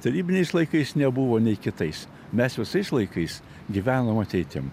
tarybiniais laikais nebuvo nei kitais mes visais laikais gyvenom ateitim